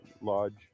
lodge